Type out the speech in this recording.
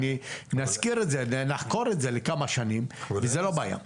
נחכור את זה לכמה שנים וזה לא בעיה.